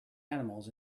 animals